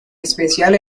especial